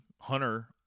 Hunter